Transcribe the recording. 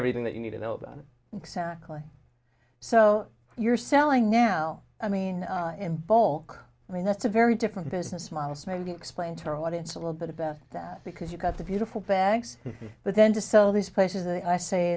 everything that you need to know about exactly so you're selling now i mean in bulk i mean that's a very different business models maybe explain to our audience a little bit about that because you've got the beautiful banks but then to sell these places and i say